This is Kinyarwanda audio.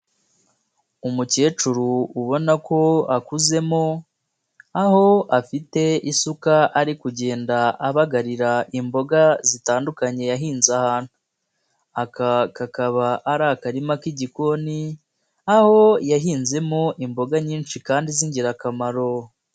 Umukecuru ubona ko akuzemo, aho afite isuka ari kugenda abagarira imboga zitandukanye yahinze ahantu. Aka kakaba ari akarima k'igikoni, aho yahinzemo imboga nyinshi kandi z'ingirakamaro.